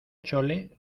chole